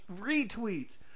retweets